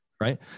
right